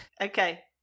Okay